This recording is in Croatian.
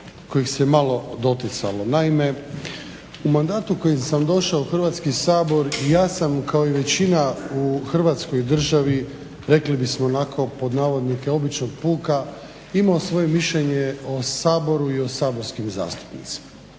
kojih se malo doticalo. Naime, u mandatu u kojem sam došao u Hrvatski sabor ja sam kao i većina u Hrvatskoj državi rekli bismo onako pod navodnike običnog puka imao svoje mišljenje o Saboru i saborskim zastupnicima.